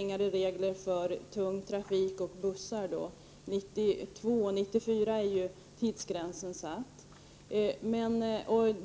gäller för tung trafik och bussar i och med fastställandet av det trafikpolitiska beslutet. Det finns en tidsgräns satt till år 1992-1994.